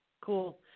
cool